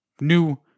New